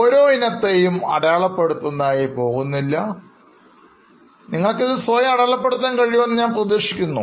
ഓരോ ഇനത്തെയും അടയാളപ്പെടുത്തുന്നതായി ഞാൻ പോകുന്നില്ല നിങ്ങൾക്ക് ഇത് സ്വയം അടയാളപ്പെടുത്താൻ കഴിയുമെന്ന് ഞാൻ പ്രതീക്ഷിക്കുന്നു